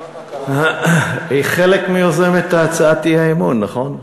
היא חלק מיוזמת הצעת האי-אמון, נכון?